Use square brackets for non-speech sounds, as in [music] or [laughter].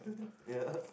[laughs] yeah